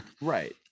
Right